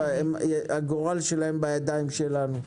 הגורל שלהם בידיים שלנו.